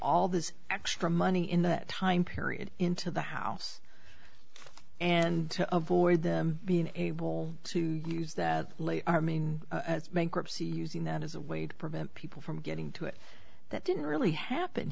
all this extra money in that time period into the house and to avoid them being able to use that mean bankruptcy using that as a way to prevent people from getting to it that didn't really happen